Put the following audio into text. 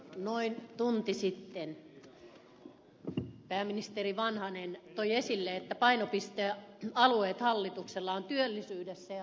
noin tunti sitten pääministeri vanhanen nosti esille että hallituksen painopistealueita ovat muun muassa työllisyys ja tuottavuus